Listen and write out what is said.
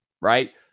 right